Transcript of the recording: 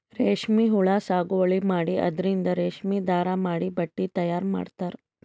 ರೇಶ್ಮಿ ಹುಳಾ ಸಾಗುವಳಿ ಮಾಡಿ ಅದರಿಂದ್ ರೇಶ್ಮಿ ದಾರಾ ಮಾಡಿ ಬಟ್ಟಿ ತಯಾರ್ ಮಾಡ್ತರ್